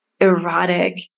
erotic